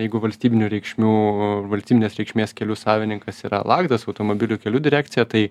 jeigu valstybinių reikšmių valstybinės reikšmės kelių savininkas yra lakdas automobilių kelių direkcija tai